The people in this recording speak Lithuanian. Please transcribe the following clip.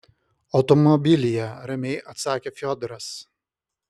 automobilyje ramiai atsakė fiodoras